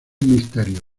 misterio